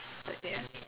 but ya